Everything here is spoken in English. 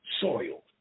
soil